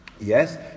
Yes